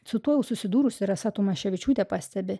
su tuo jau susidūrusi rasa tamaševičiūtė pastebi